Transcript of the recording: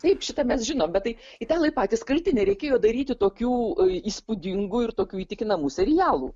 taip šitą mes žinom bet tai italai patys kalti nereikėjo daryti tokių įspūdingų ir tokių įtikinamų serialų